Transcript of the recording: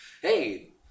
hey